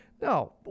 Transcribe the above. No